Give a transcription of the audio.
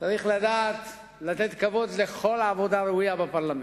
צריך לדעת לתת כבוד לכל העבודה הראויה בפרלמנט.